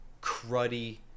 cruddy